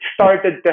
started